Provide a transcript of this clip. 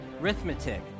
Arithmetic